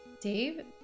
Dave